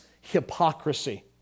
hypocrisy